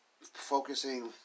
focusing